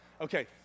Okay